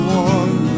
one